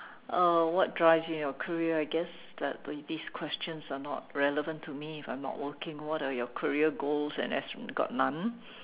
uh what drives you in your career I guess that these questions are not relevant to me if I'm not working what are your career goals and as got none